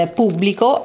pubblico